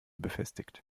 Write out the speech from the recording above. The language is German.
befestigt